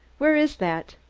where is that?